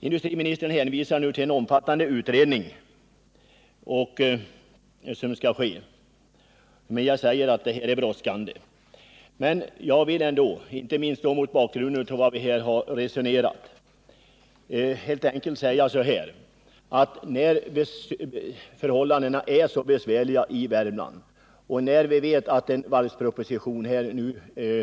Industriministern hänvisar nu till en omfattande utredning som skall göras, men jag vill understryka att det brådskar på detta område. Förhållandena är besvärliga i Värmland. Riksdagen skall mycket snart behandla en varvsproposition.